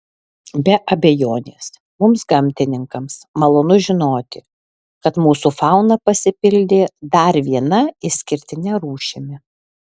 be abejonės mums gamtininkams malonu žinoti kad mūsų fauna pasipildė dar viena išskirtine rūšimi